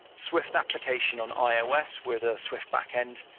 swift application on ios. where the swift backend,